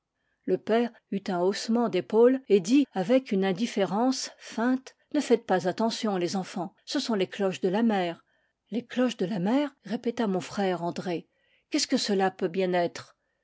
le père eut un haussement d'é paules et dit avec une indifférence feinte a ne faites pas attention les enfants ce sont les cloches de la mer les cloches de la mer répéta mon frère andré qu'estce que cela peut bien être